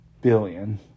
billion